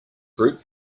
group